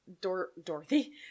Dorothy